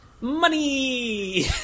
Money